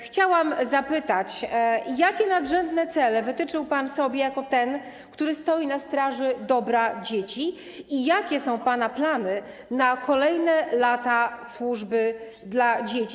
Chciałabym zapytać: Jakie nadrzędne cele wytyczył pan sobie jako ten, który stoi na straży dobra dzieci, i jakie są pana plany na kolejne lata służby dla dzieci?